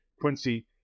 Quincy